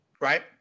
right